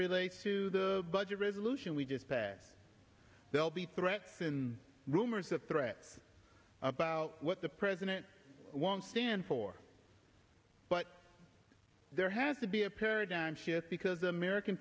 relates to the budget resolution we just passed they'll be threats in rumors of threats about what the president won't stand for but there has to be a paradigm shift because the american